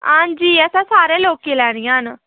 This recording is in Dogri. हां जी असें सारें लोकें लैनियां न